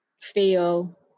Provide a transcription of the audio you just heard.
feel